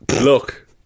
Look